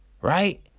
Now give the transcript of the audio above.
right